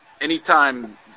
Anytime